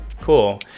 Cool